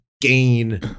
gain